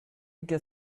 get